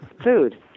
food